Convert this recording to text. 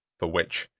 for which,